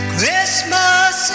Christmas